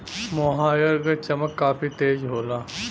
मोहायर क चमक काफी तेज होला